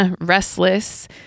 restless